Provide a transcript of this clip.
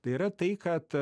tai yra tai kad